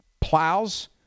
plows